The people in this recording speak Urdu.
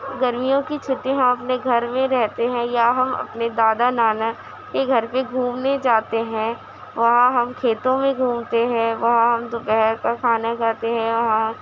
گرمیوں کی چھٹی میں ہم اپنے گھر میں رہتے ہیں یا ہم اپنے دادا نانا کے گھر پہ گھومنے جاتے ہیں وہاں ہم کھیتوں میں گھومتے ہیں وہاں ہم دوپہر کا کھانا کھاتے ہیں یہاں